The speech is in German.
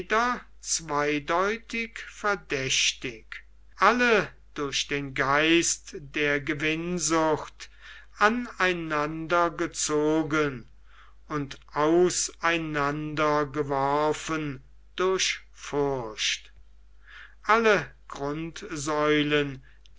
jeder zweideutig verdächtig alle durch den geist der gewinnsucht aneinander gezogen und auseinander geworfen durch furcht alle grundsäulen